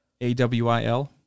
AWIL